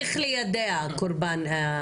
ליידע קורבן.